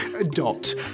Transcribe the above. Dot